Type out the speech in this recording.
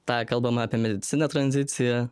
tą kalbama apie mediciną tranzicija